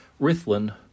Rithlin